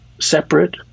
separate